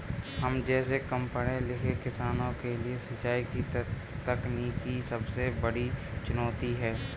हम जैसै कम पढ़े लिखे किसानों के लिए सिंचाई की तकनीकी सबसे बड़ी चुनौती है